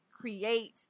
create